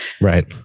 Right